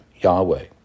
Yahweh